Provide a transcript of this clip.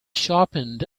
sharpened